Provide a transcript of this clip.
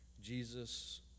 Jesus